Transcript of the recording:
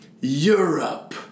Europe